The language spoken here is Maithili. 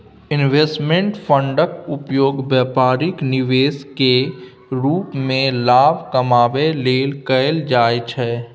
इंवेस्टमेंट फंडक उपयोग बेपारिक निवेश केर रूप मे लाभ कमाबै लेल कएल जाइ छै